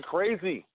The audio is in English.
Crazy